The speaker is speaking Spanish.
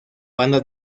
banda